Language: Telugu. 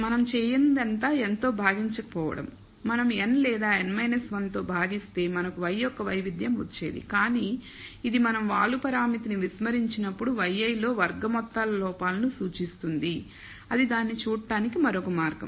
మనం చేయనిదంతా n తో భాగించకపోవడం మనం n లేదా n 1 తో భాగిస్తే మనకు y యొక్క వైవిధ్యం వచ్చేది కానీ ఇది మనం వాలు పరామితి ను విస్మరించినప్పుడు yi లో వర్గ మొత్తాల లోపాలను సూచిస్తుంది అది దానిని చూడటానికి మరొక మార్గం